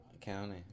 county